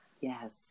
Yes